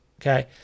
Okay